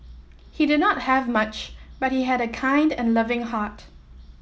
he did not have much but he had a kind and loving heart